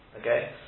Okay